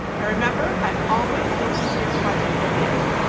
ah remember, i'm always open to your project ideas.